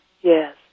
Yes